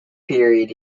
period